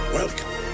Welcome